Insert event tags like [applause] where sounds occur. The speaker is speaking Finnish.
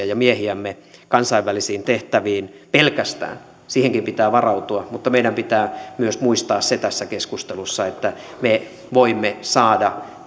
[unintelligible] ja miehiämme kansainvälisiin tehtäviin pelkästään siihenkin pitää varautua mutta meidän pitää myös muistaa se tässä keskustelussa että me voimme saada [unintelligible]